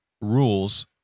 rules